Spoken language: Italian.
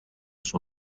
sua